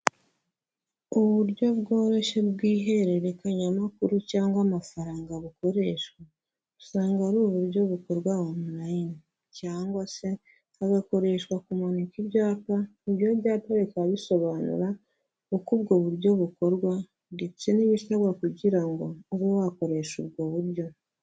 Uburyo bworoshye bw'ihererekanyamakuru cyangwa amafaranga bukoreshwa, usanga ari uburyo bukorwa online cyangwa se hagakoreshwa kumanika ibyapa, ibyo byapa bikaba bisobanura uko ubwo buryo bukorwa ndetse n'ibisabwa kugira ngo ube wakoresha ubwo buryo.